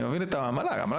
אני מבין את המל"ג,